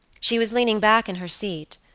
she was leaning back in her seat,